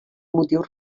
motius